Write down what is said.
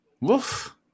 Woof